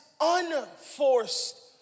unforced